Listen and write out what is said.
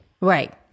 Right